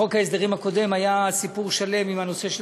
בחוק ההסדרים הקודם סיפור שלם עם הנושא של